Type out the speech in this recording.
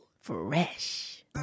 Fresh